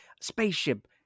spaceship